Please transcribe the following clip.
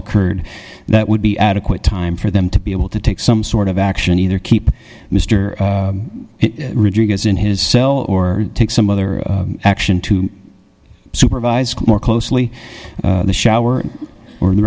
occurred that would be adequate time for them to be able to take some sort of action either keep mister ridges in his cell or take some other action to supervise more closely the shower or the